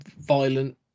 violent